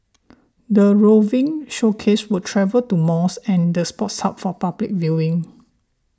the roving showcase will travel to malls and the Sports Hub for public viewing